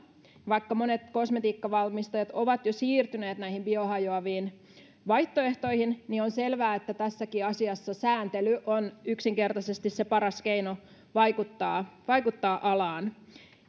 vaikka monet kosmetiikkavalmistajat ovat jo siirtyneet näihin biohajoaviin vaihtoehtoihin niin on selvää että tässäkin asiassa sääntely on yksinkertaisesti se paras keino vaikuttaa vaikuttaa alaan